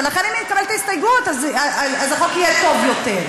ולכן אם אקבל את ההסתייגות אז החוק יהיה טוב יותר.